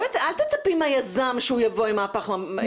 אל תצפי מהיזם שהוא יבוא עם מהפך מחשבתי.